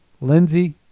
Lindsey